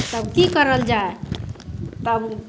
तब कि करल जाए तब